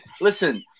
listen